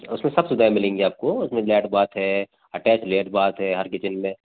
उसमें सब सुविधाएं मिलेंगी आपको उसमें लैट बाथ है अटैच लैट बाथ है हर किचेन में